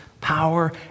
power